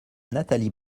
nathalie